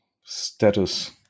status